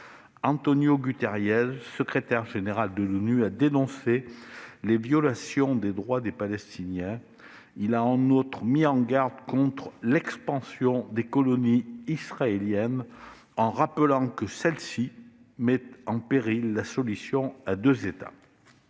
António Gutteres, secrétaire général de l'ONU, a dénoncé les violations des droits des Palestiniens. Il a en outre mis en garde contre l'expansion des colonies israéliennes en rappelant que celle-ci met en péril la solution à deux États.